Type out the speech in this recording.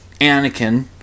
Anakin